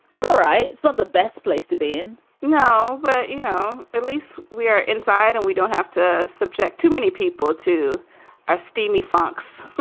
it's all right. so the best place to be in now but you know, at least we are inside and we don't have to subject too many people to our steamy fox